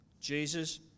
Jesus